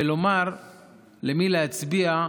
ולומר למי להצביע: